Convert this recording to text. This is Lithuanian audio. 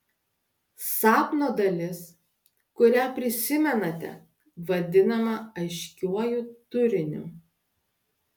sapno dalis kurią prisimenate vadinama aiškiuoju turiniu